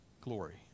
glory